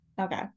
Okay